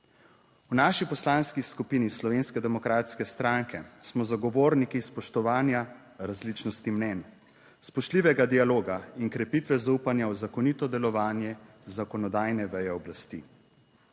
V naši Poslanski skupini Slovenske demokratske stranke smo zagovorniki spoštovanja različnosti mnenj, spoštljivega dialoga in krepitve zaupanja v zakonito delovanje zakonodajne veje oblasti.